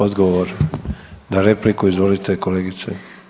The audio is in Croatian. Odgovor na repliku, izvolite kolegice.